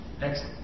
Next